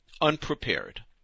unprepared